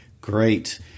Great